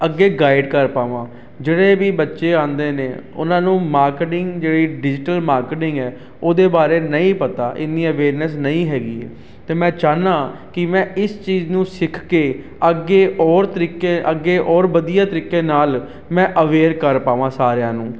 ਅੱਗੇ ਗਾਈਡ ਕਰ ਪਾਵਾਂ ਜਿਹੜੇ ਵੀ ਬੱਚੇ ਆਉਂਦੇ ਨੇ ਉਹਨਾਂ ਨੂੰ ਮਾਰਕਟਿੰਗ ਜਿਹੜੀ ਡਿਜੀਟਲ ਮਾਰਕੀਟਿੰਗ ਹੈ ਉਹਦੇ ਬਾਰੇ ਨਹੀਂ ਪਤਾ ਇੰਨੀ ਅਵੇਅਰਨੈਸ ਨਹੀਂ ਹੈਗੀ ਅਤੇ ਮੈਂ ਚਾਹੁੰਦਾ ਕਿ ਮੈਂ ਇਸ ਚੀਜ਼ ਨੂੰ ਸਿੱਖ ਕੇ ਅੱਗੇ ਔਰ ਤਰੀਕੇ ਅੱਗੇ ਔਰ ਵਧੀਆ ਤਰੀਕੇ ਨਾਲ ਮੈਂ ਅਵੇਅਰ ਕਰ ਪਾਵਾਂ ਸਾਰਿਆਂ ਨੂੰ